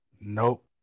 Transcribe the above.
Nope